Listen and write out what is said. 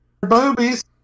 boobies